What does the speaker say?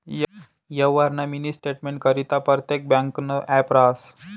यवहारना मिनी स्टेटमेंटकरता परतेक ब्यांकनं ॲप रहास